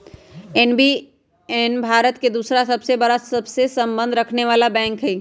PNB Bharat के दूसरा सबसे बड़ा सबसे संबंध रखनेवाला बैंक हई